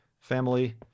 family